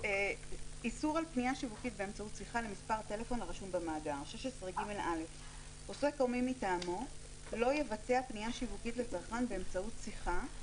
איסור על פניה שיווקית באמצעות שיחה למספר טלפון הרשום במאגר 16ג. (א)עוסק או מי מטעמו לא יבצע פניה שיווקית לצרכן באמצעות שיחה,